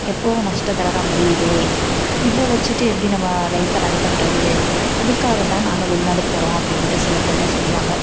எப்பவும் நஷ்டத்தில் தான் முடியுதே இதை வைச்சிட்டு எப்படி நம்ம லைஃப்பை ரன் பண்ணுறது அதுக்காக தான் நாங்கள் வெளிநாட்டுக்கு போகிறோம் அப்படின்ட்டு சிலப்பேருலாம் சொல்வாங்க